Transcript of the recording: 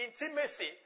intimacy